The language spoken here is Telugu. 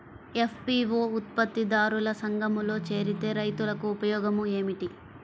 ఎఫ్.పీ.ఓ ఉత్పత్తి దారుల సంఘములో చేరితే రైతులకు ఉపయోగము ఏమిటి?